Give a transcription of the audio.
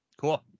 cool